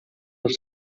els